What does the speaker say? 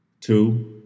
Two